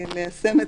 הוא לא גר שם?